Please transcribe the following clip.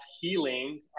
healing